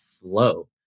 flow